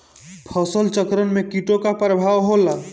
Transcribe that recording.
फसल चक्रण में कीटो का का परभाव होला?